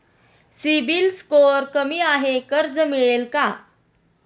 CIBIL score कमी आहे कर्ज मिळेल का?